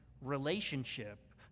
relationship